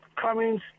Cummings